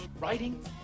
Writing